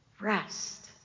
rest